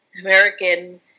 American